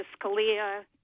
Scalia